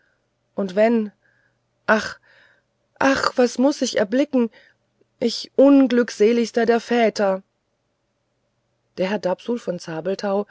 und wenn ach ach was muß ich erblicken ich unglückseligster der väter der herr dapsul von